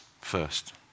first